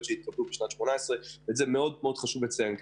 שנעשו בשנת 2018. חשוב מאוד לציין את זה.